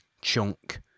chunk